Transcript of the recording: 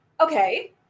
Okay